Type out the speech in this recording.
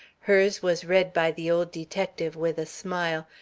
hers was read by the old detective with a smile.